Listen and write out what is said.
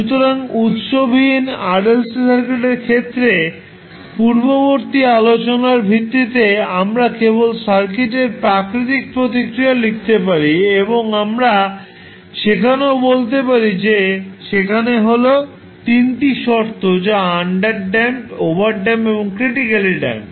সুতরাং উত্স বিহীন RLC সার্কিটের ক্ষেত্রে পূর্ববর্তী আলোচনার ভিত্তিতে আমরা কেবল সার্কিটের প্রাকৃতিক প্রতিক্রিয়া লিখতে পারি এবং আমরা সেখানেও বলতে পারি যে সেখানে হল তিনটি শর্ত যা আন্ডারড্যাম্পড ওভারড্যাম্পড এবং ক্রিটিকালি ড্যাম্পড